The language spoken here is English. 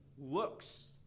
looks